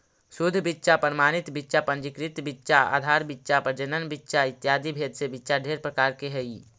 शुद्ध बीच्चा प्रमाणित बीच्चा पंजीकृत बीच्चा आधार बीच्चा प्रजनन बीच्चा इत्यादि भेद से बीच्चा ढेर प्रकार के हई